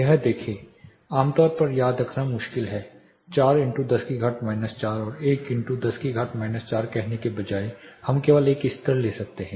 यह देखें आमतौर पर याद रखना मुश्किल है 4 10 की घात 4 और 1 10 की घात 4 कहने के बजाय हम केवल एक स्तर ले सकते हैं